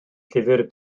llyfr